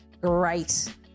great